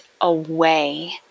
away